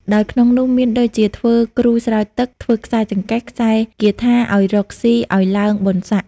ដោយក្នុងនោះមានដូចជា ធ្វើគ្រូស្រោចទឹក ធ្វើខ្សែចង្កេះ ខ្សែគាថាឲ្យរកស៊ី ឲ្យឡើងបុណ្យស័ក្តិ ។